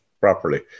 properly